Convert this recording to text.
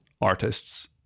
artists